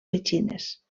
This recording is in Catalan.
petxines